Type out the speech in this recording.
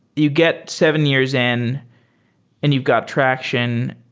you get seven years in and you got traction.